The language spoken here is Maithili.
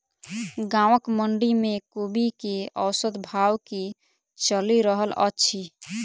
गाँवक मंडी मे कोबी केँ औसत भाव की चलि रहल अछि?